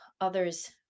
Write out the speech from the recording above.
others